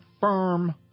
firm